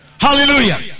hallelujah